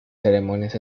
ceremonias